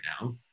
now